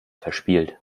verspielt